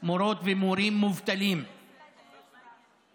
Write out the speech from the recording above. מורות ומורים מובטלים ומובטלות.